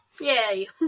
yay